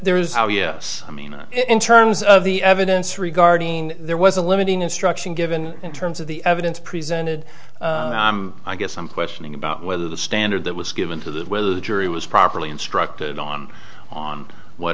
there is now yes i mean in terms of the evidence regarding there was a limiting instruction given in terms of the evidence presented i guess some questioning about whether the standard that was given to that whether the jury was properly instructed on on what